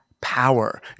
power